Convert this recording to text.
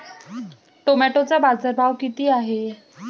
टोमॅटोचा बाजारभाव किती आहे?